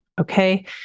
Okay